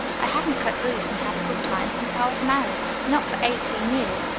i haven't cut loose and had a good time since i was married not for eighteen years.